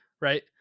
right